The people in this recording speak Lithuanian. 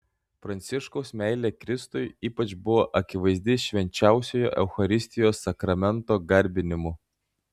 pranciškaus meilė kristui ypač buvo akivaizdi švenčiausiojo eucharistijos sakramento garbinimu